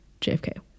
jfk